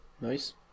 Nice